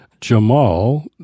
Jamal